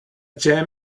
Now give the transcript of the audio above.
gem